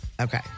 Okay